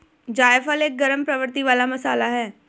जायफल एक गरम प्रवृत्ति वाला मसाला है